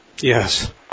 Yes